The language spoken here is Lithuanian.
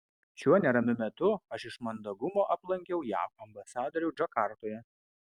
šiuo neramiu metu aš iš mandagumo aplankiau jav ambasadorių džakartoje